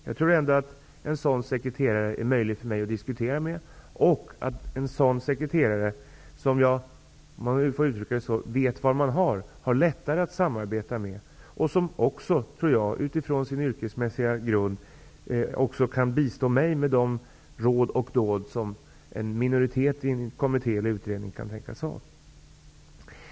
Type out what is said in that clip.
Jag tror ändå att det är lättare för mig att diskutera och samarbeta med en sådan sekreterare, som jag vet var jag har, och som med sin yrkesmässiga grund kan bistå mig med de råd och dåd som en minoritet i en kommitté eller en utredning kan tänkas behöva.